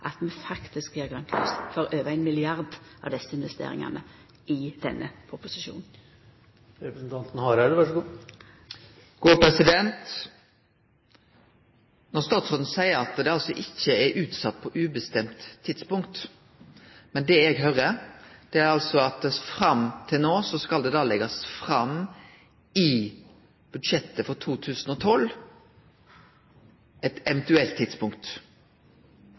at vi faktisk gjev grønt lys for over ein milliard til desse investeringane i denne proposisjonen. Statsråden seier altså at det ikkje er utsett på ubestemt tid, men det eg høyrer – fram til no – er at det i budsjettet for 2012 skal leggjast fram eit eventuelt tidspunkt.